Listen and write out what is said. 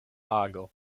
ago